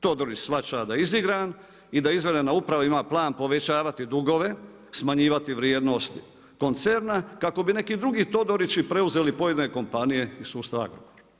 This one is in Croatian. Todorić shvaća da je izigran i da izvanredna uprava ima plan povećavati dugove, smanjivati vrijednost koncerna kako bi neki drugi Todorići preuzeli pojedine kompanije iz sustava Agrokor.